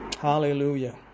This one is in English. Hallelujah